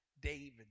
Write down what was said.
David